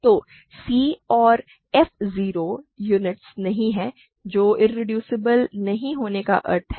तो c और f 0 units नहीं हैं जो कि इरेड्यूसेबल नहीं होने का अर्थ है